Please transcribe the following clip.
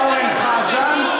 אורן חזן,